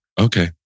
Okay